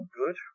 good